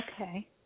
Okay